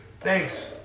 thanks